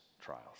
trials